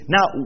Now